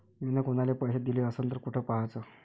मिन कुनाले पैसे दिले असन तर कुठ पाहाचं?